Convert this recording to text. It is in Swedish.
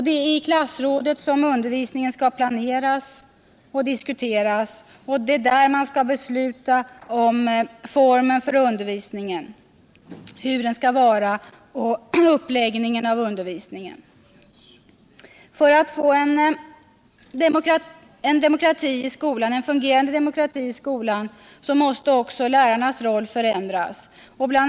Det är i klassrådet som undervisningen skall planeras och diskuteras, och det är där man skall besluta om formen för undervisningen, hur den skall vara, och uppläggningen av undervisningen. För att få en fungerande demokrati i skolan måste också lärarnas roll förändras. Bl.